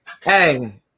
Hey